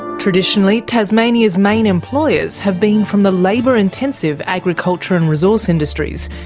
traditionally, tasmania's main employers have been from the labour-intensive agriculture and resource industries,